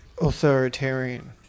authoritarian